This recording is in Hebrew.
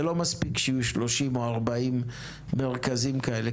זה לא מספיק שיהיו 30 או 40 מרכזים כאלה,